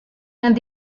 yang